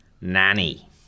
Nanny